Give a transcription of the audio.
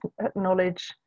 acknowledge